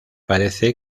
parece